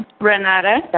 Renata